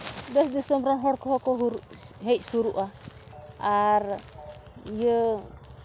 ᱫᱮᱥ ᱫᱤᱥᱚᱢ ᱨᱮᱱ ᱦᱚᱲ ᱠᱚᱦᱚᱸ ᱠᱚ ᱦᱮᱡ ᱥᱩᱨᱩᱜᱼᱟ ᱟᱨ ᱤᱭᱟᱹ